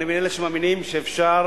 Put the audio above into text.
אני מאלה שמאמינים שאפשר